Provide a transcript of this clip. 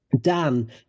Dan